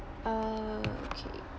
uh okay